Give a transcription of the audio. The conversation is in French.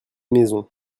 maisons